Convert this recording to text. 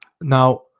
now